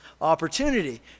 opportunity